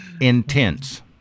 Intense